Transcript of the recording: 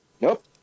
Nope